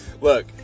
look